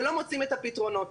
ולא מוצאים את הפתרונות.